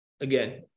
again